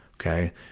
okay